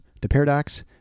theparadox